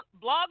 Blog